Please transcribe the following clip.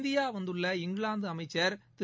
India வந்துள்ள England அமைச்சர் திரு